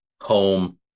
home